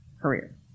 career